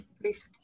Please